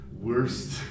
worst